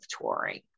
touring